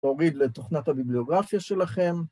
‫תוריד לתוכנת הביבליוגרפיה שלכם.